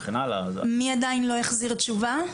מי עדיין לא החזיר תשובה?